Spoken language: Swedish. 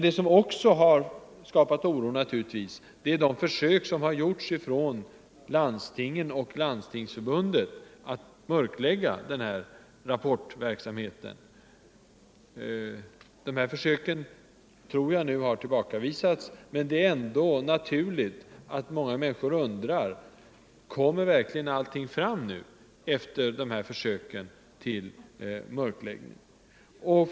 Vad som också har skapat oro är naturligtvis de försök som gjorts från landstingen och Landstingsförbundet att mörklägga den här rapportverksamheten. Dessa försök tror jag nu har tillbakavisats, men det är ändå naturligt att många människor efter de här försöken till mörkläggning undrar om allting verkligen kommer fram.